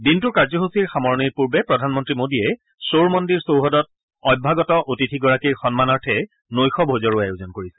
দিনটোত কাৰ্যসূচীৰ সামৰণিৰ পূৰ্বে প্ৰধানমন্ত্ৰী মোদীয়ে শ্বোৰ মন্দিৰ চৌহদত অভ্যাগত অতিথিগৰাকীৰ সন্মানাৰ্থে নৈশ ভোজৰ আয়োজন কৰিছে